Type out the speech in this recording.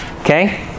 Okay